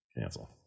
Cancel